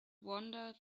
wander